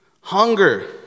Hunger